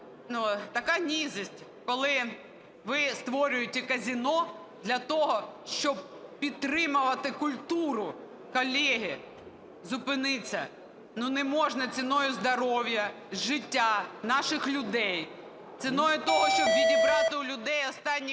така низость, коли ви створюєте казино для того, щоб підтримувати культуру. Колеги, зупиніться, ну, не можна ціною здоров'я, життя наших людей, ціною того, щоб відібрати у людей останні